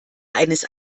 eines